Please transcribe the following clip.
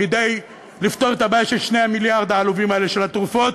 כדי לפתור את הבעיה של 2 המיליארד העלובים האלה של התרופות,